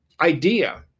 idea